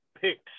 picks